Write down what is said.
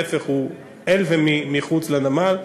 להפך, הוא אל ומחוץ לנמל.